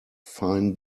fine